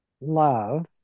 love